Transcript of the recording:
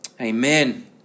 Amen